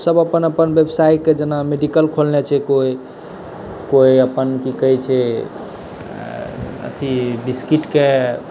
सब अपन अपन बेवसाइके जेना मेडिकल खोलने छै कोइ कोइ अपन कि कहै छै अथी बिस्किटके